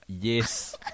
yes